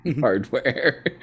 hardware